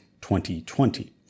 2020